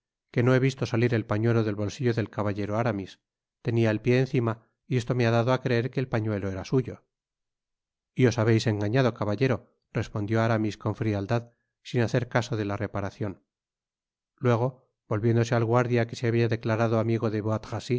que no he visto salir el pañuelo del bolsillo del caballero aramis tenia el pié encima y esto me ha dado á creer que el pañuelo era suyo y os habeis engañado caballero respondió aramis con frialdad sin hacer caso de la reparacion luego volviéndose al guardia que se habia declarado amigo de